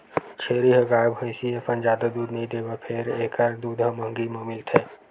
छेरी ह गाय, भइसी असन जादा दूद नइ देवय फेर एखर दूद ह महंगी म मिलथे